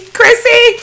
Chrissy